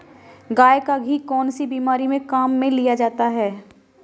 गाय का घी कौनसी बीमारी में काम में लिया जाता है?